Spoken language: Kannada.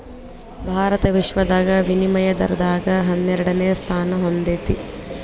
ಭಾರತ ವಿಶ್ವದಾಗ ವಿನಿಮಯ ದರದಾಗ ಹನ್ನೆರಡನೆ ಸ್ಥಾನಾ ಹೊಂದೇತಿ